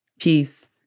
Peace